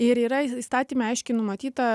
ir yra įstatyme aiškiai numatyta